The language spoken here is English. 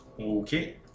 Okay